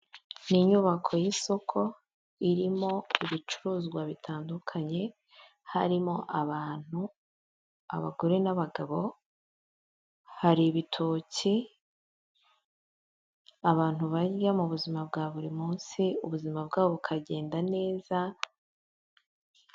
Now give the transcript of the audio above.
N'inyubako y'isoko irimo ibicuruzwa bitandukanye, harimo abantu, abagore n'abagabo. Har'ibitoki abantu barya mu buzima bwa buri munsi, ubuzima bwabo bukagenda neza.